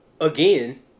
again